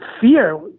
fear